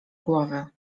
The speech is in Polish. głowy